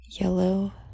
Yellow